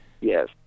Yes